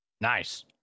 Nice